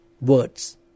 words